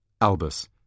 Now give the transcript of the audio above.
Albus